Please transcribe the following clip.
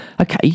Okay